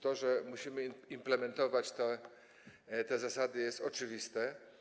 To, że musimy implementować te zasady, jest oczywiste.